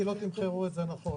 כי לא תמחרו את זה נכון.